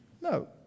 No